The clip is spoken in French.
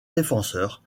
défenseurs